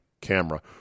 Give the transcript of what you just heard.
camera